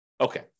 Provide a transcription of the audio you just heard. Okay